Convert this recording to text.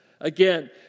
Again